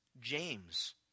James